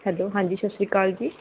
hello ਹਾਂਜੀ ਸਤਿ ਸ਼੍ਰੀ ਅਕਾਲ ਜੀ